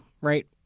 right